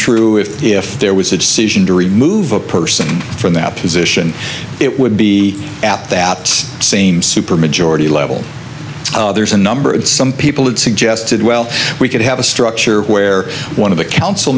if if there was a decision to remove a person from that position it would be at that same supermajority level there's a number of some people that suggested well we could have a structure where one of the council